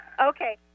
Okay